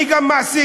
אני גם מעסיק,